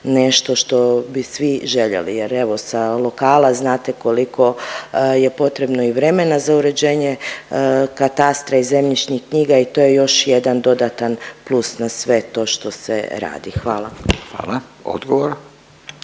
nešto što bi svi željeli, jer evo, sa lokala znate koliko je potrebno i vremena za uređenje katastra i zemljišnih knjiga i to je još jedan dodatan plus na sve to što se radi. Hvala. **Radin,